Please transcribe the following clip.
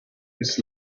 his